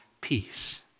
peace